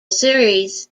series